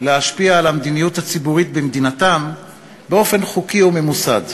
להשפיע על המדיניות הציבורית במדינתם באופן חוקי וממוסד.